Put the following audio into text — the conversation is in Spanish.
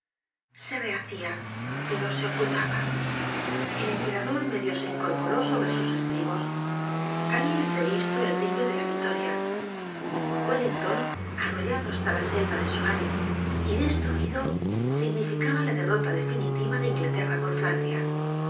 se rehacia pero se ocultaba el emperador medio se incorporó sobre sus estribos habia entrevisto el brillo de la victoria wellington arrollado hasta la selva de soignes y destruido significaba la derrota definitiva de inglaterra por francia